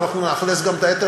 ואנחנו נאכלס גם את היתר.